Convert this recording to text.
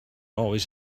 always